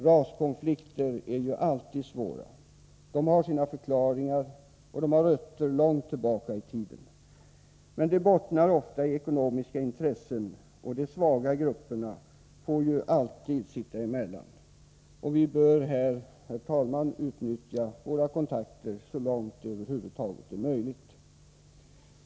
Raskonflikter är alltid svåra. De har sina förklaringar, och de har rötter långt tillbaka i tiden. Men de bottnar ofta i ekonomiska intressen, och de svaga grupperna får alltid sitta emellan. Vi bör, herr talman, utnyttja våra kontakter så långt det över huvud taget är möjligt.